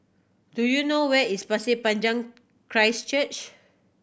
do you know where is Pasir Panjang Christ Church